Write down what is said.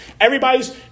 Everybody's